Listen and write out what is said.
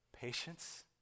patience